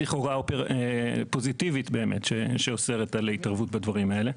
צריך הוראה פוזיטיבית שאוסרת על התערבות בדברים האלה.